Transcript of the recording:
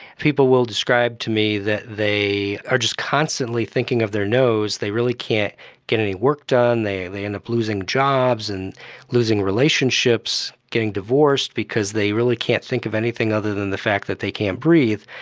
people will describe to me that they are just constantly thinking of their nose, they really can't get any work done, they they end up losing jobs and losing relationships, getting divorced because they really can't think of anything other than the fact that they can't breathe.